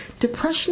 depression